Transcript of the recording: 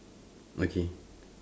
okay